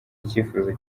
icyifuzo